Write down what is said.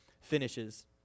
finishes